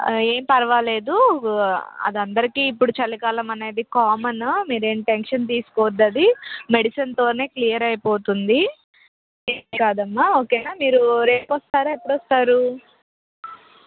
ఏమి పర్వాలేదు అది అందరికి ఇప్పుడు చలికాలం అనేది కామన్ మీరేం టెన్షన్ తీసుకోవద్దు అది మెడిసిన్తో క్లియర్ అయిపోతుంది ఏం కాదమ్మ ఓకేనా మీరు రేపు వస్తారా ఎప్పుడు వస్తారు